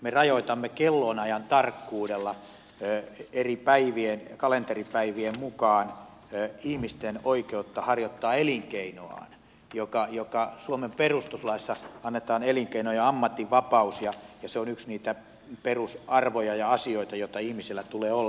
me rajoitamme kellonajan tarkkuudella eri kalenteripäivien mukaan ihmisten oikeutta harjoittaa elinkeinoaan vaikka suomen perustuslaissa annetaan elinkeino ja ammatinvapaus ja se on yksi niitä perusarvoja ja asioita joita ihmisellä tulee olla